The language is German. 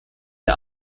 der